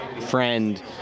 friend